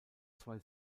zwei